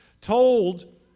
told